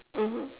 mmhmm